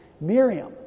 Miriam